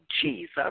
Jesus